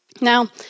Now